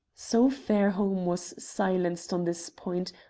so fairholme was silenced on this point,